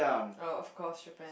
oh of course Japan